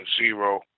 zero